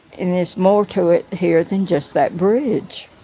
and there's more to it here than just that bridge.